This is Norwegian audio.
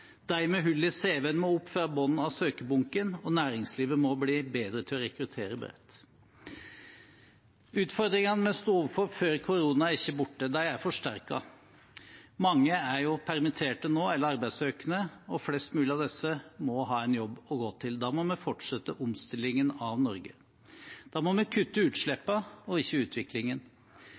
med hull i cv-en må opp fra bunnen av søkerbunken, og næringslivet må bli bedre til å rekruttere bredt. Utfordringene vi sto overfor før korona, er ikke borte: De er forsterket. Mange er permittert eller arbeidssøkende nå, og flest mulig av disse må ha en jobb å gå til. Da må vi fortsette omstillingen av Norge. Da må vi også kutte utslippene, ikke utviklingen.